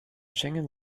schengen